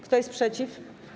Kto jest przeciw?